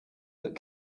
that